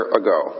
ago